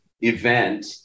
event